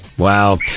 Wow